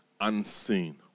unseen